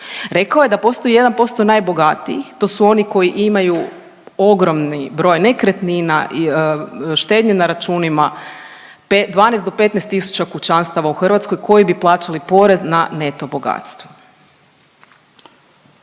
Rekao je da postoji jedan posto najbogatijih. To su oni koji imaju ogromni broj nekretnina, štednje na računima, 12 do 15000 kućanstava u Hrvatskoj koji bi plaćali porez na neto bogatstvo.